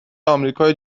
آمریکای